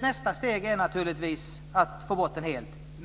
Nästa steg är naturligtvis att få bort den helt.